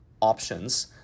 options